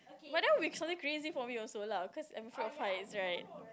but then it will be something crazy for me also lah because I'm afraid of heights right